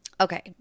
okay